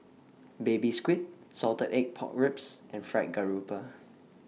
Baby Squid Salted Egg Pork Ribs and Fried Garoupa